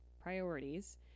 priorities